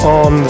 on